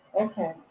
Okay